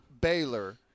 Baylor